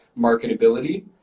marketability